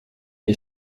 mir